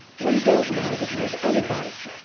we don't know that you've any right.